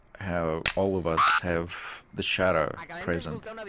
how all of us have the shadow present,